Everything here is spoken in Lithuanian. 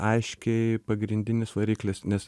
aiškiai pagrindinis variklis nes